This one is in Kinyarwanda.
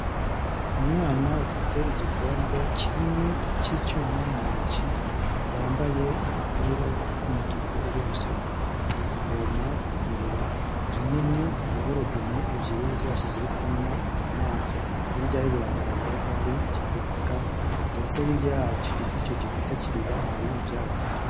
Umwana ufite igikombe kinini cy'icyuma mu ntoki, wambaye agapira k'umutuku, uri guseka, ari kuvoma ku iriba rinini, hariho robine ebyiri, zose ziri kumena amazi. Hirya ye biragaragara ko hari igikuta ndetse hirya icyo gikuta cy'iriba hari ibyatsi.